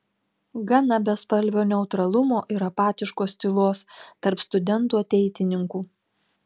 gana bespalvio neutralumo ir apatiškos tylos tarp studentų ateitininkų